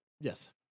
Yes